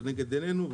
עומד לנגד עינינו,